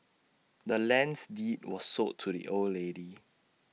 the land's deed was sold to the old lady